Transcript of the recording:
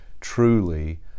truly